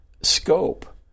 scope